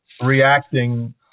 reacting